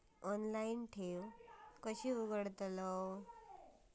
Online ठेव कशी उघडतलाव?